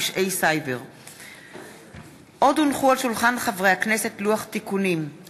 דב חנין ומרב מיכאלי,